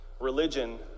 Religion